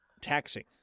taxing